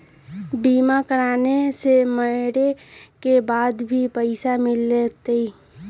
बीमा कराने से मरे के बाद भी पईसा मिलहई?